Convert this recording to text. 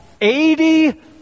Eighty